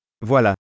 Voilà